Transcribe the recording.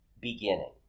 beginning